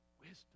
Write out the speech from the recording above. wisdom